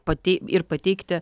pati ir pateikti